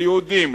ליהודים,